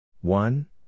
One